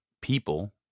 people